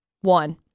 one